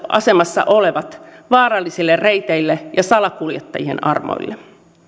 asemassa olevat vaarallisille reiteille ja salakuljettajien armoille